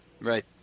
Right